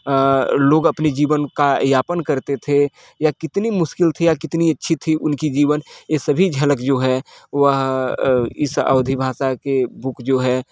अ लोग अपने जीवन का यापन करते थे या कितनी मुश्किल थी या कितनी अच्छी थी उनकी जीवन यह सभी झलक जो है वह अ इस अवधि भाषा के बुक जो है